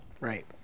Right